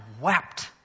wept